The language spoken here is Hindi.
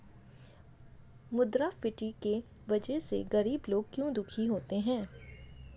मुद्रास्फीति की वजह से गरीब लोग क्यों दुखी होते हैं?